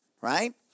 right